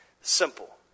simple